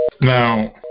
Now